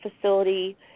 facility